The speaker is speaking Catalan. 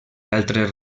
altres